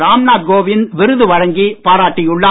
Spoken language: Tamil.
ராம் நாத் கோவிந்த் விருது வழங்கி பாராட்டினார்